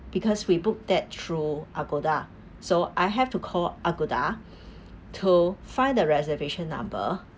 because we booked that through Agoda so I have to call Agoda to find the reservation number